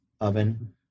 oven